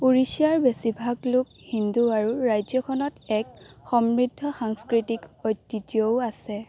উৰিষ্যাৰ বেছিভাগ লোক হিন্দু আৰু ৰাজ্যখনত এক সমৃদ্ধ সাংস্কৃতিক ঐতিহ্যও আছে